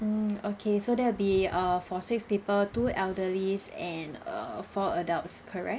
mm okay so that'll be err for six people two elderlies and err four adults correct